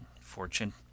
Fortune